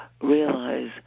realize